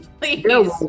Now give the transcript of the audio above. please